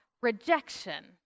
rejection